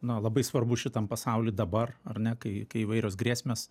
na labai svarbu šitam pasauly dabar ar ne kai kai įvairios grėsmės